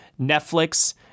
Netflix